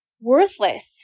worthless